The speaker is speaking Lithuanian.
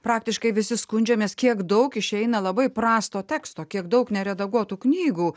praktiškai visi skundžiamės kiek daug išeina labai prasto teksto kiek daug neredaguotų knygų